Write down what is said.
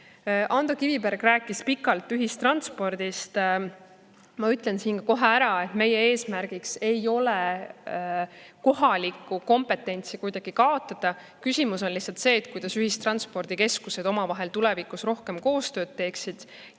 Ando Kiviberg rääkis pikalt ühistranspordist. Ma ütlen kohe ära, et meie eesmärk ei ole kohalikku kompetentsi kaotada. Küsimus on lihtsalt see, kuidas ühistranspordikeskused tulevikus omavahel rohkem koostööd teeksid